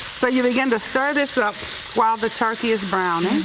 so you begin to stir this up while the turkey is browning.